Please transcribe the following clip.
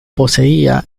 poseía